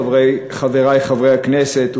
חברי חברי הכנסת,